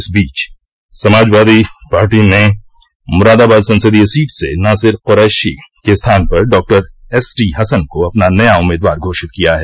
इस बीच समाजवादी ने मुरादाबाद संसदीय सीट से नासिर कुरैशी के स्थान पर डॉक्टर एसटीहसन को अपना नया उम्मीदवार घोषित किया है